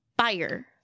fire